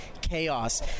chaos